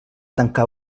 tancar